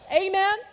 Amen